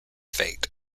fate